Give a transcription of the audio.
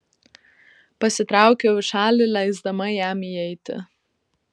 pasitraukiau į šalį leisdama jam įeiti